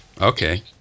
Okay